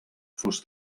fos